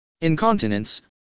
incontinence